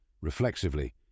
Reflexively